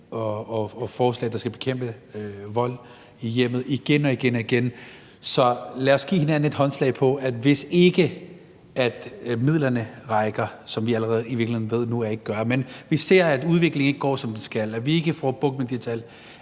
forslag, der skal bekæmpe vold i hjemmet igen og igen og igen. Så lad os give hinanden et håndslag på, at hvis ikke midlerne rækker – som vi jo i virkeligheden allerede nu ved de ikke gør – og vi ser, at udviklingen ikke går, som den skal, og at vi ikke får bugt med de tal,